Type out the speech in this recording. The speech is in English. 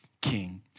king